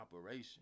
operation